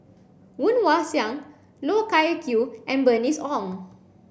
Woon Wah Siang Loh Wai Kiew and Bernice Ong